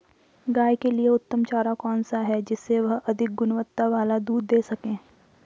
गाय के लिए उत्तम चारा कौन सा है जिससे वह अधिक गुणवत्ता वाला दूध दें सके?